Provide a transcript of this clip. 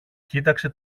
κοίταξε